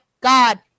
God